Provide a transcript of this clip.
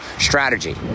strategy